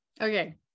Okay